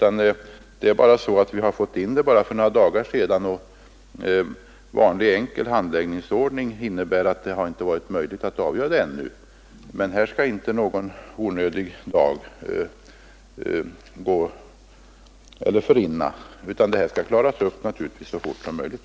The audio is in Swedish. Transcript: Men ärendet kom in till departementet för bara några dagar sedan och vanlig enkel handläggningsordning innebär att det inte har varit möjligt att avgöra det ännu. Men avsikten är att det skall behandlas så fort som möjligt — här skall inte någon dag i onödan förrinna.